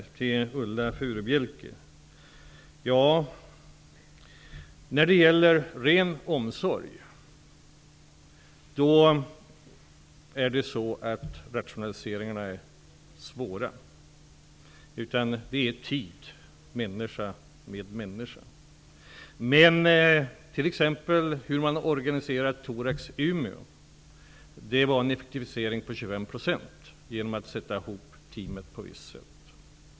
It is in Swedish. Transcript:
Rationaliseringar är svåra när de gäller ren omsorg. Det handlar om tid människa med människa. T.ex. thoraxkliniken i Umeå har gjort en omorganisation som har lett till en effektivisering på 25 %, genom att man sätter ihop teamet på ett visst sätt.